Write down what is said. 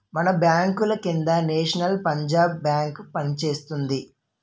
మన బాంకుల కింద నేషనల్ పంజాబ్ బేంకు పనిచేస్తోంది